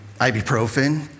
ibuprofen